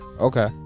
okay